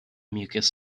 mucus